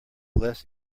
less